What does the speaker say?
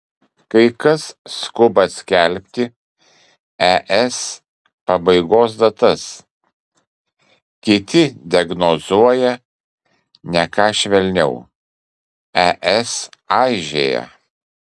kai kas skuba skelbti es pabaigos datas kiti diagnozuoja ne ką švelniau es aižėja